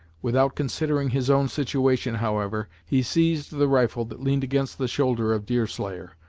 without considering his own situation, however, he seized the rifle that leaned against the shoulder of deerslayer,